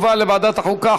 ותועבר לוועדת החוקה,